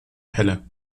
pelle